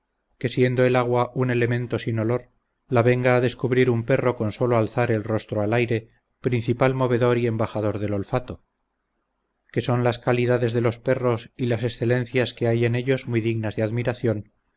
que siendo el agua un elemento sin olor la venga a descubrir un perro con solo alzar el rostro al aire principal movedor y embajador del olfato que son las calidades de los perros y las excelencias que hay en ellos muy dignas de admiración